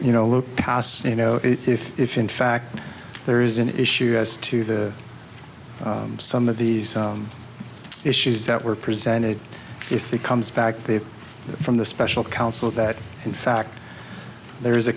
you know look pass you know if if in fact there is an issue as to the some of these issues that were presented if it comes back there from the special counsel that in fact there is a